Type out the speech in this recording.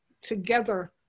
together